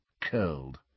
curled